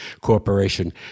corporation